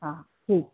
हँ ठीक छै